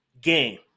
game